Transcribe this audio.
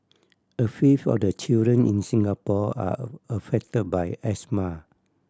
a fifth of the children in Singapore are affected by asthma